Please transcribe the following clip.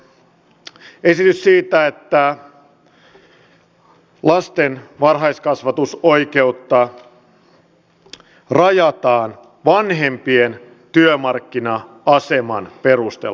tämä on esitys siitä että lasten varhaiskasvatusoikeutta rajataan vanhempien työmarkkina aseman perusteella